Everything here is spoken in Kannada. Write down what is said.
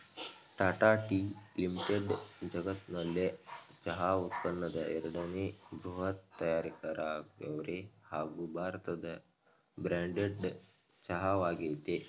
ಟಾಟಾ ಟೀ ಲಿಮಿಟೆಡ್ ಜಗತ್ನಲ್ಲೆ ಚಹಾ ಉತ್ಪನ್ನದ್ ಎರಡನೇ ಬೃಹತ್ ತಯಾರಕರಾಗವ್ರೆ ಹಾಗೂ ಭಾರತದ ಬ್ರ್ಯಾಂಡೆಡ್ ಚಹಾ ವಾಗಯ್ತೆ